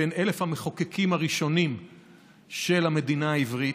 בין 1,000 המחוקקים הראשונים של המדינה העברית,